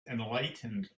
enlightened